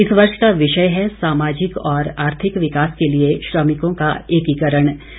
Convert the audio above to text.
इस वर्ष का विषय है सामाजिक और आर्थिक विकास के लिए श्रमिकों का एकीकरण